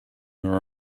there